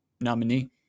nominee